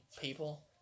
people